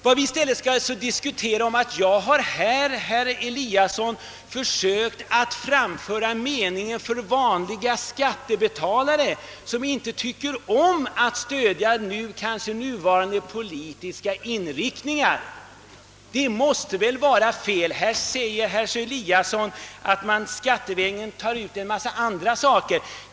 Vad vi i stället skall tala om, herr Eliasson, är att jag här har försökt framföra uppfattningen hos vanliga skattebetalare, vilka kanske inte tycker om att stödja nuvarande politiska meningsriktningar. Herr Eliasson påpekar att man skattevägen tar ut pengar för anslag till en massa andra ändamål.